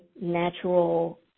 natural